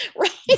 Right